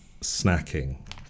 snacking